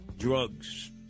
Drugs